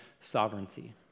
sovereignty